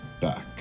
back